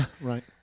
Right